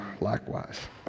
likewise